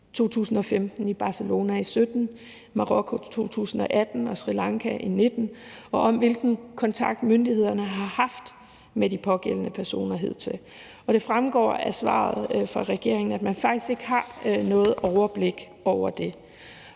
2015, Barcelona i 2017, Marokko i 2018 og Sri Lanka i 2019, og om, hvilken kontakt myndighederne har haft med de pågældende personer hidtil. Og det fremgår af svaret fra regeringen, at man faktisk ikke har noget overblik over det.